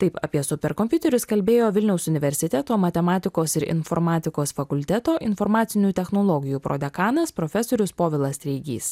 taip apie superkompiuterius kalbėjo vilniaus universiteto matematikos ir informatikos fakulteto informacinių technologijų prodekanas profesorius povilas treigys